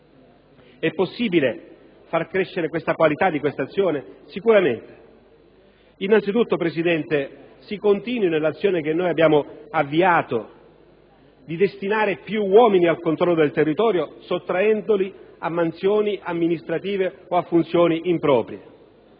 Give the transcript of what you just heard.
È possibile incrementare la qualità di tale azione? Sicuramente. Innanzitutto, signor Presidente, si continui nell'azione che abbiamo avviato di destinare più uomini al controllo del territorio sottraendoli a mansioni amministrativi o a funzioni improprie.